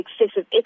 excessive